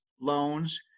loans